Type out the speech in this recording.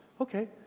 Okay